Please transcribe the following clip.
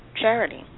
charity